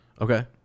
Okay